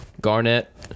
Garnett